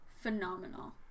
phenomenal